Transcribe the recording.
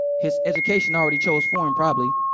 his education already chose for him, probably.